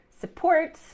support